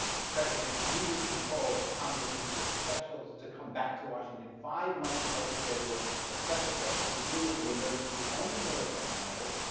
the president immediately calls congress into a specials to come back to washington five months ahead of schedule for a special session to deal with the emergency, only military matters.